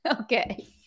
Okay